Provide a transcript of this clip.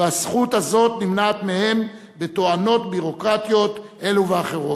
והזכות הזאת נמנעת מהם בתואנות ביורוקרטיות אלו ואחרות.